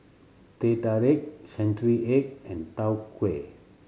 Teh Tarik century egg and Tau Huay